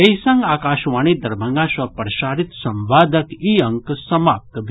एहि संग आकाशवाणी दरभंगा सँ प्रसारित संवादक ई अंक समाप्त भेल